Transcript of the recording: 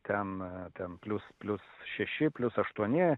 ten ten plius plius šeši plius aštuoni